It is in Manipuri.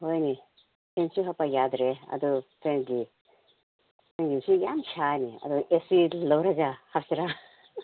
ꯍꯣꯏꯅꯦ ꯐꯦꯟꯁꯨ ꯍꯥꯞꯄ ꯌꯥꯗ꯭ꯔꯦ ꯑꯗꯨ ꯐꯦꯟꯒꯤ ꯅꯪꯒꯤꯁꯨ ꯌꯥꯝ ꯁꯥꯏꯌꯦꯅꯦ ꯑꯗꯨ ꯑꯦ ꯁꯤꯗꯨ ꯂꯧꯔꯒ ꯍꯥꯞꯁꯤꯔ